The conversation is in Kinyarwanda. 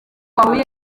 wahuye